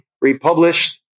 republished